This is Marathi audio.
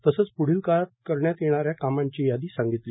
तसेच प्ढील काळात करण्यात येणाऱ्या कामांची यादी सांगितली